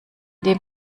dem